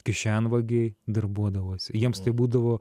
kišenvagiai darbuodavosi jiems tai būdavo